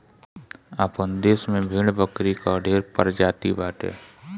आपन देस में भेड़ बकरी कअ ढेर प्रजाति बाटे